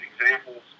examples